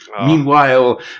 Meanwhile